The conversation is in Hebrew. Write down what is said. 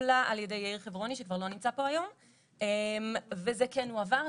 טופלה על ידי חברוני שכבר לא נמצא פה היום וזה כן הועבר,